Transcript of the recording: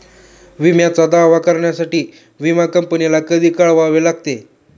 विम्याचा दावा करण्यासाठी विमा कंपनीला कधी कळवावे लागते?